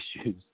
issues